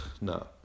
no